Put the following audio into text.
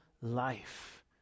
life